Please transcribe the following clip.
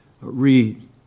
read